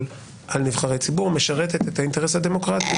על נבחרי ציבור משרתת את האינטרס הדמוקרטי,